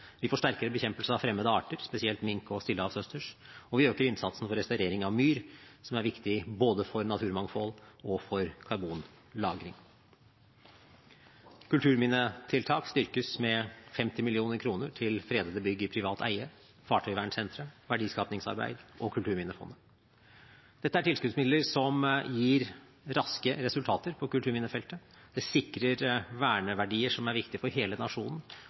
Vi får sterkere bekjempelse av fremmede arter, spesielt mink og stillehavsøsters, og vi øker innsatsen for restaurering av myr, som er viktig både for naturmangfold og for karbonlagring. Kulturminnetiltak styrkes med 50 mill. kr til fredede bygg i privat eie, Fartøyvernsenteret, verdiskapingsarbeid og Kulturminnefondet. Dette er tilskuddsmidler som gir raske resultater på kulturminnefeltet. Det sikrer verneverdier som er viktige for hele nasjonen,